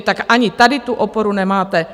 Tak ani tady tu oporu nemáte.